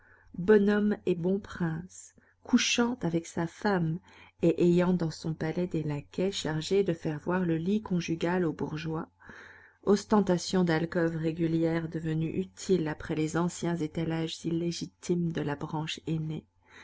bonhomme et bon prince couchant avec sa femme et ayant dans son palais des laquais chargés de faire voir le lit conjugal aux bourgeois ostentation d'alcôve régulière devenue utile après les anciens étalages illégitimes de la branche aînée